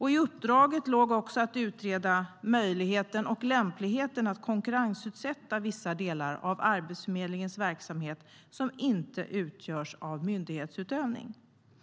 I uppdraget låg också att utreda möjligheten att konkurrensutsätta vissa delar av Arbetsförmedlingens verksamhet som inte utgörs av myndighetsutövning, och lämpligheten i detta.